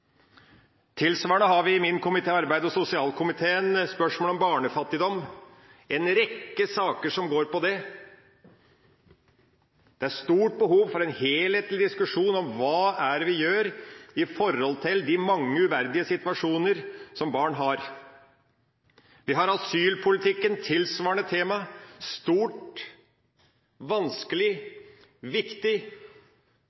Tilsvarende har vi i min komité, arbeids- og sosialkomiteen, spørsmålet om barnefattigdom, en rekke saker som går på det. Det er stort behov for en helhetlig diskusjon om hva det er vi gjør med tanke på de mange uverdige situasjoner som barn har. Vi har asylpolitikken, et tilsvarende tema – stort, vanskelig,